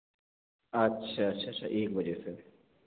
अच्छा अच्छा अच्छा एक बजे से